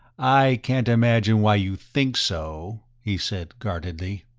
i can't imagine why you think so, he said guardedly.